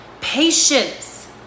patience